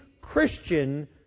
Christian